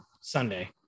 Sunday